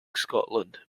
scotland